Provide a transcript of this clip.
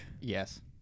Yes